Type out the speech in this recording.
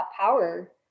power